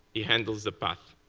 he handles the path.